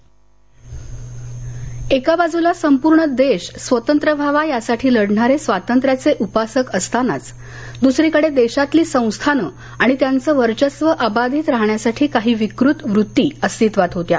मक्तीदिन लातर एका बाजूला संपूर्ण देश स्वतंत्र व्हावा यासाठी लढणारे स्वातंत्र्याचे उपासक असतानाच दूसरीकडे देशातली संस्थान आणि त्यांचं वर्षस्व अबाधीत राहण्यासाठी काही विकृत वृत्ती अस्तित्वात होत्या